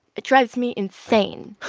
it drives me insane.